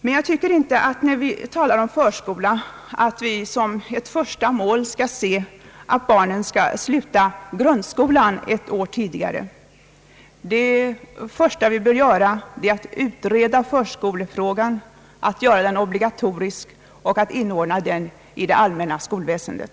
När vi talar om förskolan tycker jag inte heller att vi som ett första mål skall se att barnen skall sluta grundskolan ett år tidigare. Det första vi bör göra är att utreda förskolefrågan för att få förskolan obligatorisk och inordna den i det allmänna skolväsendet.